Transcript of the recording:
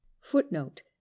footnote